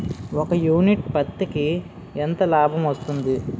ఒక యూనిట్ పత్తికి ఎంత లాభం వస్తుంది?